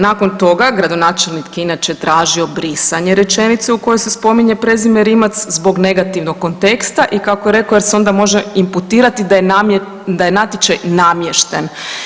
Nakon toga gradonačelnik je inače tražio brisanje rečenice u kojoj se spominje prezime Rimac zbog negativnog konteksta i kako je rekao jer se onda može imputirati da je natječaj namješten.